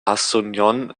asunción